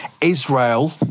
Israel